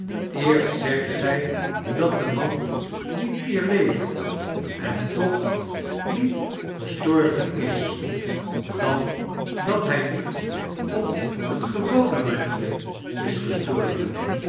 eerst zegt gij dat de man niet meer leeft en toch niet gestorven v v wat er in de meiboom verhandeld werd j is dan dat hij niet op eene gewone manier is gestorven